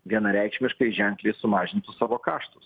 vienareikšmiškai ženkliai sumažintų savo kaštus